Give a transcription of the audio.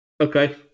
okay